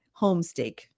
homesteak